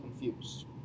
confused